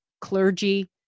clergy